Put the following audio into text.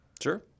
Sure